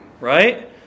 Right